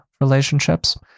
relationships